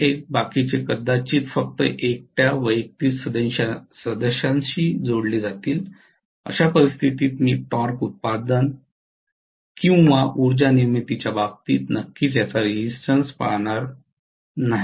१ बाकीचे कदाचित फक्त एकट्या वैयक्तिक सदस्याशीच जोडले जातील अशा परिस्थितीत मी टॉर्क उत्पादन किंवा उर्जा निर्मितीच्या बाबतीत नक्कीच याचा रेजिस्टन्स पाहणार नाही